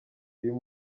uyu